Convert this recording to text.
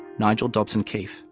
nigel dobson-keeffe.